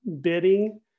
bidding